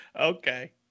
Okay